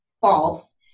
false